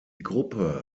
gruppe